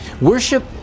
Worship